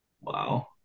Wow